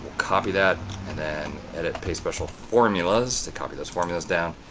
copy that and then edit paste special formulas to copy those formulas down.